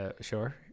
sure